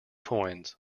coins